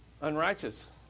unrighteous